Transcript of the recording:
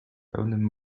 pełnym